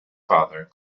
father